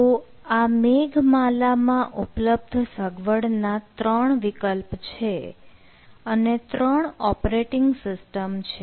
તો આ મેઘમાલા માં ઉપલબ્ધ સગવડ ના ત્રણ વિકલ્પ છે અને ત્રણ ઓપરેટિંગ સિસ્ટમ છે